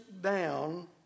down